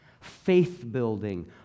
faith-building